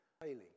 failing